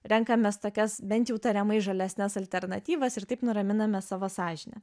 renkamės tokias bent jau tariamai žalesnes alternatyvas ir taip nuraminame savo sąžinę